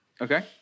Okay